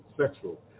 sexual